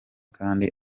kandi